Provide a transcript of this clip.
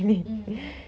mm